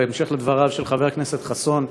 בהמשך לדבריו של חבר הכנסת חסון.